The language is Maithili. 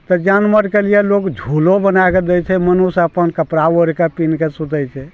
तऽ जानवरके लिए लोक झूलो बनाकऽ दै छै मनुष अपन कपड़ा ओढ़ि कऽ पहिर रद कऽ सुतै छै